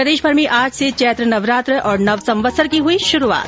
प्रदेशभर में आज से चैत्र नवरात्र और नवसंवत्सर की हुई शुरूआत